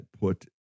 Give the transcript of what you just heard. put